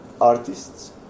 artists